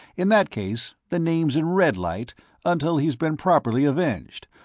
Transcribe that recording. in that case, the name's in red light until he's been properly avenged,